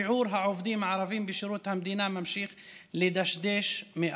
שיעור העובדים הערבים בשירות המדינה ממשיך לדשדש מאחור: